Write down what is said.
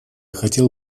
хотел